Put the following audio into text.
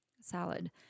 salad